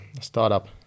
startup